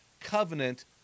covenant